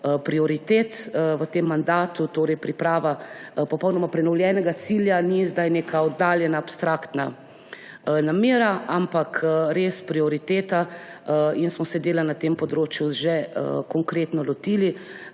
prioritet v tem mandatu. Priprava popolnoma prenovljenega cilja ni zdaj neka oddaljena abstraktna namera, ampak res prioriteta in smo se dela na tem področju že konkretno lotili.